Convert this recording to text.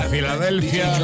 Filadelfia